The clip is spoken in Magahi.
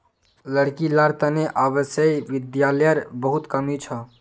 लड़की लार तने आवासीय विद्यालयर बहुत कमी छ